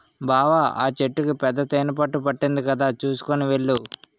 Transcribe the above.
బావా ఆ చెట్టుకి పెద్ద తేనెపట్టు పట్టింది కదా చూసుకొని వెళ్ళు